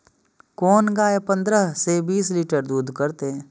कोन गाय पंद्रह से बीस लीटर दूध करते?